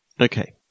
Okay